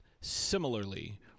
similarly